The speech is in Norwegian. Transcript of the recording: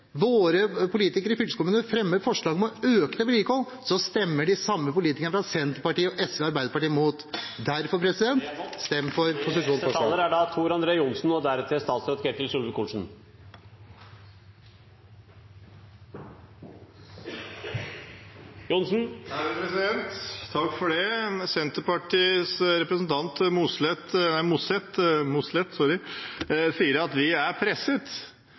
våre politikere i fylkeskommunene fremmer forslag om å øke vedlikeholdet, stemmer de samme politikerne fra Senterpartiet, SV og Arbeiderpartiet imot. Derfor: Stem for komiteens innstilling. Senterpartiets representant Mossleth sier at vi er presset.